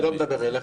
אני לא מדבר אליך.